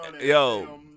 yo